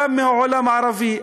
גם מהעולם הערבי,